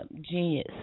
genius